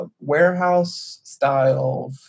warehouse-style